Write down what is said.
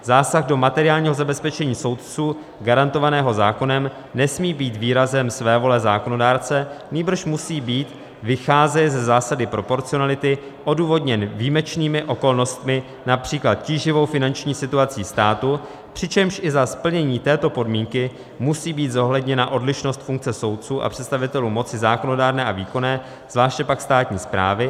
Zásah do materiálního zabezpečení soudců garantovaného zákonem nesmí být výrazem svévole zákonodárce, nýbrž musí být, vycházeje ze zásady proporcionality, odůvodněn výjimečnými okolnostmi, například tíživou finanční situací státu, přičemž i za splnění této podmínky musí být zohledněna odlišnost funkce soudců a představitelů moci zákonodárné a výkonné, zvláště pak státní správy.